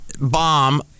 bomb